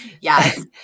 Yes